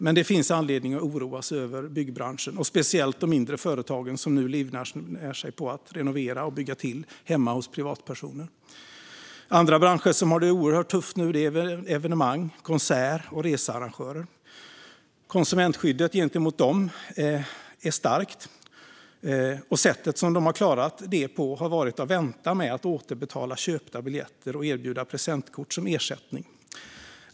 Men det finns anledning att oroa sig för byggbranschen, speciellt för de mindre företagen som nu livnär sig på att renovera och bygga till hemma hos privatpersoner. Andra branscher som har det oerhört tufft är evenemangs-, konsert och researrangörer. Konsumentskyddet gentemot dem är starkt, och sättet de har klarat sig på har varit att vänta med att återbetala köpta biljetter och att erbjuda presentkort som ersättning.